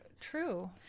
true